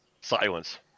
Silence